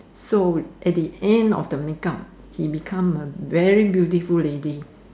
so at the end of the make up he become a very beautiful lady